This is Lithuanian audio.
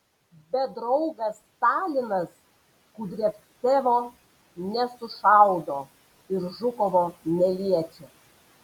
bet draugas stalinas kudriavcevo nesušaudo ir žukovo neliečia